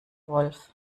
wolf